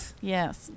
Yes